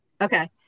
Okay